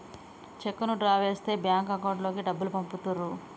చెక్కును డ్రా చేస్తే bank account లోకి డబ్బులు పంపుతుర్రు